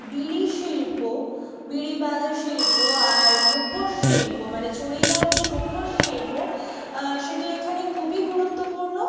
বিড়ি শিল্প বিড়িবাঁধা শিল্প আর মুখোশ শিল্প মানে চড়িদার যে মুখোশ শিল্প সেটি এখানে খুবই গুরুত্বপূর্ণ